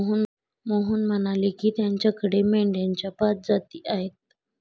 मोहन म्हणाले की, त्याच्याकडे मेंढ्यांच्या पाच जाती आहेत